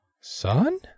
Son